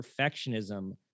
perfectionism